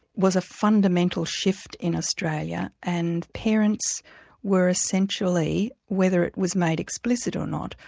was a fundamental shift in australia, and parents were essentially, whether it was made explicit or not,